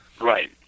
Right